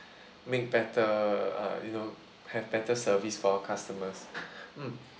make better uh you know have better service for customers mm